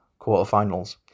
quarterfinals